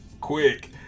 quick